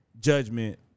judgment